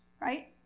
Right